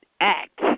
act